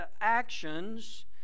actions